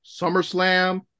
SummerSlam